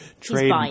trade